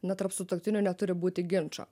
na tarp sutuoktinių neturi būti ginčo